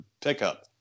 pickup